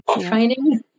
training